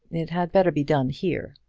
it had better be done here.